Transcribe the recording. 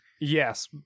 Yes